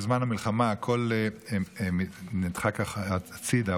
בזמן המלחמה הכול נדחק הצידה,